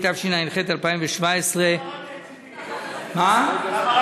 התשע"ח 2017. בהעברה